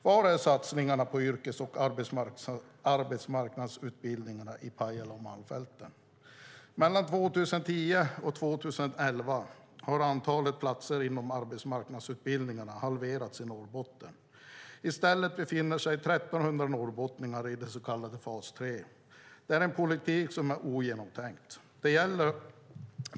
Var är satsningarna på yrkes och arbetsmarknadsutbildningarna i Pajala och Malmfälten? Mellan 2010 och 2011 har antalet platser inom arbetsmarknadsutbildningarna i Norrbotten halverats. I stället befinner sig 1 300 norrbottningar i den så kallade fas 3. Det är en politik som är ogenomtänkt.